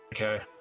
Okay